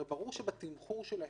הרי ברור שבתמחור שלהם,